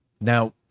Now